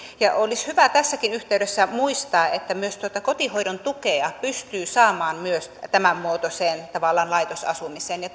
olisi hyvä tässäkin yhteydessä muistaa että kotihoidon tukea pystyy saamaan myös tämänmuotoiseen tavallaan laitosasumiseen ja